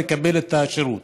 לקבל את השירות,